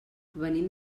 venim